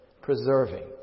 preserving